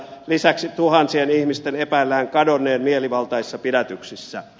lisäksi tuhansien ihmisten epäillään kadonneen mielivaltaisissa pidätyksissä